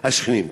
והשכנים.